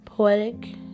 Poetic